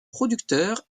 producteur